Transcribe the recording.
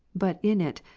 but in it,